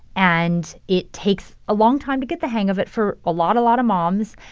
and it takes a long time to get the hang of it for a lot, a lot of moms.